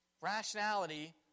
rationality